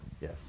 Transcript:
Yes